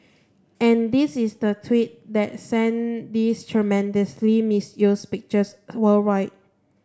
and this is the tweet that sent these tremendously misused pictures worldwide